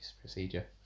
procedure